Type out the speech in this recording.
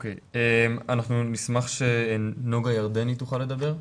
נשמח שנגה ירדני תדבר.